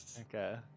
Okay